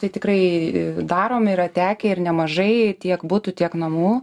tai tikrai darom yra tekę ir nemažai tiek butų tiek namų